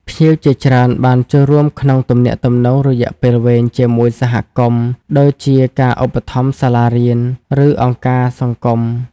ភ្ញៀវជាច្រើនបានចូលរួមក្នុងទំនាក់ទំនងរយៈពេលវែងជាមួយសហគមន៍ ដូចជាការឧបត្ថម្ភសាលារៀន ឬអង្គការសង្គម។